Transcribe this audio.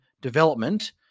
development